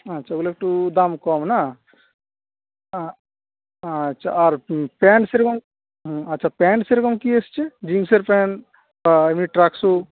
আচ্ছা ওগুলা একটু দাম কম না আচ্ছা আর প্যান্ট সে রকম আচ্ছা প্যান্ট সেরকম কী এসেছে জিন্সের প্যান্ট বা এমনি ট্রাকস্যুট